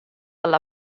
alla